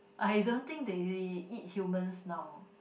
I don't think they eat humans now